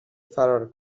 فرار